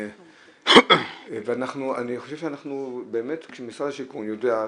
אני חושב שבאמת כשמשרד השיכון יודע,